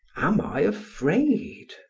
am i afraid?